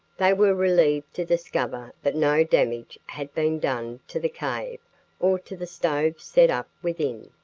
they were relieved to discover that no damage had been done to the cave or to the stove set up within.